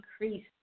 increase